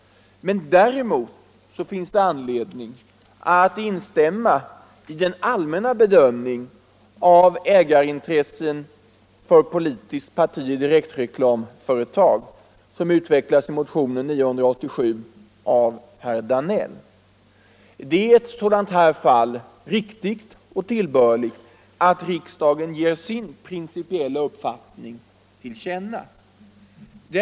Däremot finns det anledning att instämma i den allmänna bedömning av ägarintressen för politiskt parti i direktreklamföretag som utvecklas i motionen 987 av herr Danell. Det är i ett sådant här fall lämpligt och tillbörligt att riksdagen ger sin principiella uppfattning till känna.